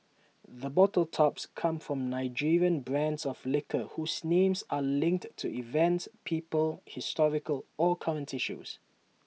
the bottle tops come from Nigerian brands of liquor whose names are linked to events people historical or current issues